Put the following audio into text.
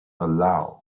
aloud